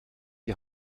die